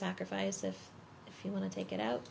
sacrifice if you want to take it out